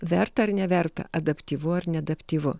verta ar neverta adaptyvu ar neadaptyvu